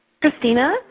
Christina